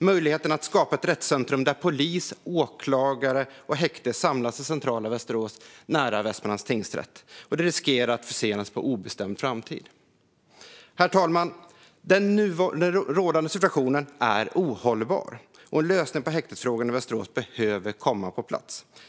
Möjligheten att skapa ett rättscentrum där polis, åklagare och häkte samlas i centrala Västerås nära Västmanlands tingsrätt riskerar att försenas på obestämd tid. Herr talman! Den rådande situationen är ohållbar, och en lösning på häktesfrågan i Västerås behöver komma på plats.